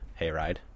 hayride